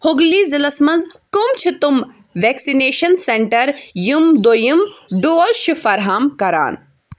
ہُگلی ضلعس مَنٛز کٕم چھِ تِم ویکسِنیشن سینٹر یِم دۄیُم ڈوز چھِ فراہَم کران